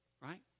right